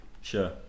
Sure